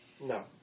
No